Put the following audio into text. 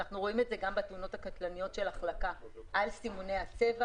ואנחנו רואים את זה בתאונות הקטלניות של החלקה על סימוני הצבע.